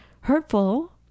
hurtful